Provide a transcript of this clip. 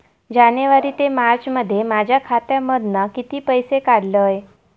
जानेवारी ते मार्चमध्ये माझ्या खात्यामधना किती पैसे काढलय?